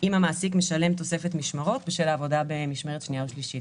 אם המעסיק משלם תוספת משמרות בשל העבודה במשמרת שנייה או שלישית.